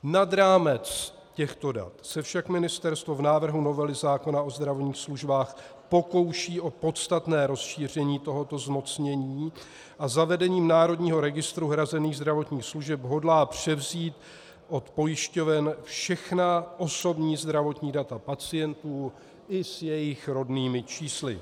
Nad rámec těchto dat se však ministerstvo v návrhu novely zákona o zdravotních službách pokouší o podstatné rozšíření tohoto zmocnění a zavedením národního registru hrazených zdravotních služeb hodlá převzít od pojišťoven všechna osobní zdravotní data pacientů i s jejich rodnými čísly.